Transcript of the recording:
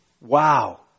Wow